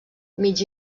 mig